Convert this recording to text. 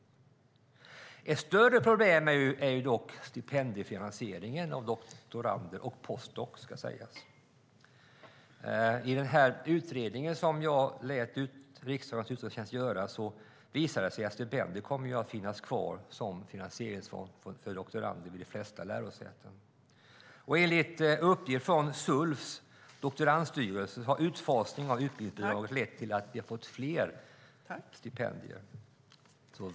Ett större problem är dock stipendiefinansieringen av doktorander och de som är postdoktorer. I den utredning som jag lät Riksdagens utredningstjänst göra visade det sig att stipendier kommer att finnas kvar som finansieringsform för doktorander vid de flesta lärosäten. Enligt uppgift från Sulfs doktorandstyrelse har utfasningen av utbildningsbidraget lett till att vi fått fler stipendier.